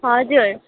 हजुर